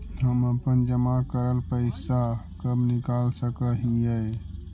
हम अपन जमा करल पैसा कब निकाल सक हिय?